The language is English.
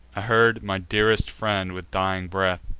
i heard my dearest friend, with dying breath,